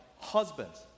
Husbands